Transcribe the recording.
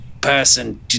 person